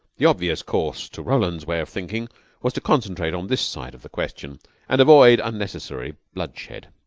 the obvious course, to roland's way of thinking was to concentrate on this side of the question and avoid unnecessary bloodshed.